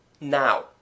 Now